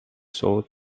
sold